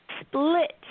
split